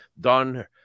done